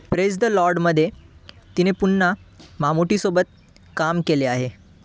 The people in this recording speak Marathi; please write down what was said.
प्रेज द लॉडमध्ये तिने पुन्हा मामुटीसोबत काम केले आहे